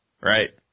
right